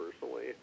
personally